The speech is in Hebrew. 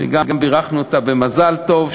שגם בירכנו אותה במזל טוב,